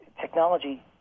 technology